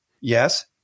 yes